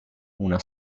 una